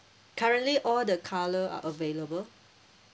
currently all the colour are available